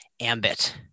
AMBIT